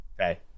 okay